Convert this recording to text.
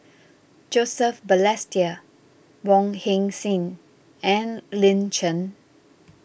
Joseph Balestier Wong Heck Sing and Lin Chen